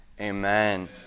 Amen